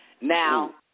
Now